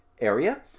area